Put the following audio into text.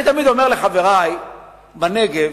אני אומר לחברי בנגב,